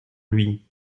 lui